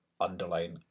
Underline